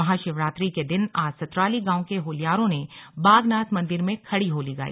महाशिरात्रि के दिन आज सतराली गांव के होल्यारों ने बागनाथ मंदिर में खड़ी होली गाई